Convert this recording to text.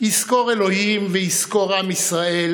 יזכור ה' ויזכור עם ישראל